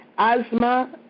Asthma